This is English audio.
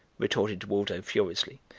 retorted waldo furiously.